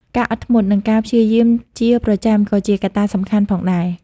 ការអត់ធ្មត់ និងការព្យាយាមជាប្រចាំក៏ជាកត្តាសំខាន់ផងដែរ។